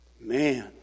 Man